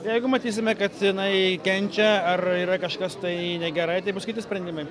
jeigu matysime kad jinai kenčia ar yra kažkas tai negerai tai bus kiti sprendimai